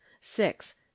six